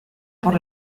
por